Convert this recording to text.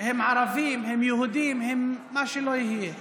הם ערבים, הם יהודים, הם מה שלא יהיה.